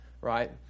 right